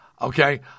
Okay